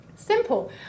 simple